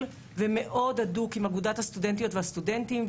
והדוק מאוד עם אגודת הסטודנטים והסטודנטיות.